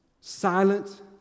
silent